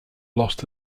lost